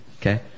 okay